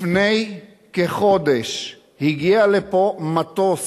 לפני כחודש הגיע לפה מטוס